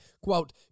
Quote